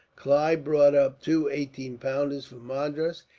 clive brought up two eighteen-pounders from madras,